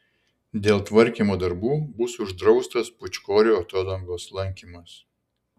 dėl tvarkymo darbų bus uždraustas pūčkorių atodangos lankymas